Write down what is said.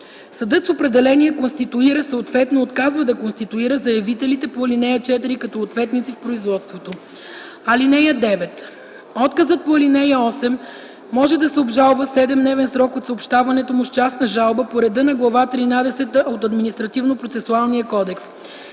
Съдът с определение конституира, съответно отказва да конституира, заявителите по ал. 4 като ответници в производството. (9) Отказът по ал. 8 може да се обжалва в 7-дневен срок от съобщаването му с частна жалба по реда на Глава тринадесета от Административнопроцесуалния кодекс.